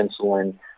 insulin